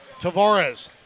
Tavares